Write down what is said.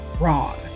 wrong